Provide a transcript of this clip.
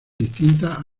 distintas